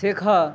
শেখা